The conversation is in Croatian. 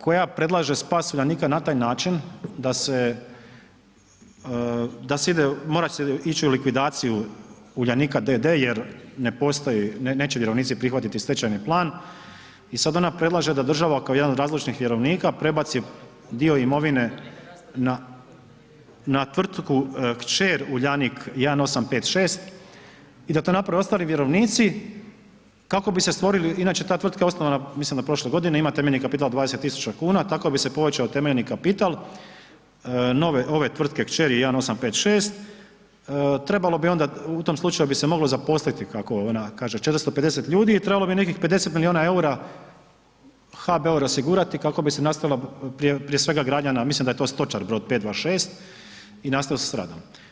koja predlaže spas Uljanika na taj način da će se morati ići u likvidaciju Uljanika d.d. jer neće vjerovnici prihvatiti stečajni plan i sada ona predlaže da država kao jedan od razlučnih vjerovnika prebaci dio imovine na tvrtku kćer Uljanik 1856 i da to naprave ostali vjerovnici kako bi se stvorili, inače ta tvrtka je osnovana mislim prošle godine, ima temeljni kapital 20.000 kuna tako bi se povećao temeljni kapital ove tvrtke kćeri 1856 trebalo bi u tom slučaju bi se moglo zaposliti kako ona kaže, 450 ljudi i trebalo bi nekih 50 milijuna eura HBOR osigurati kako bi se nastavila prije svega gradnja, mislim da je to Stočar brod 526 i nastaviti s radom.